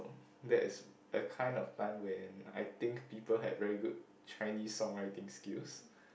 that is the kind of time when I think people had very good Chinese song writing skills